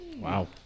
Wow